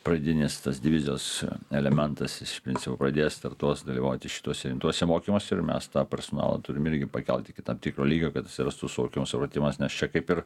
pradinis tas divizijos elementas jis iš principo pradės startuos dalyvauti šituose rimtuose mokymuose ir mes tą personalą turim irgi pakelt iki tam tikro lygio kad atsirastų suvokimas supratimas nes čia kaip ir